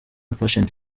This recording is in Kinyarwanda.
patient